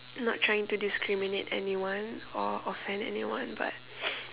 not trying to discriminate anyone or offend anyone but